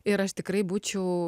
ir aš tikrai būčiau